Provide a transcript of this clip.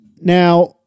Now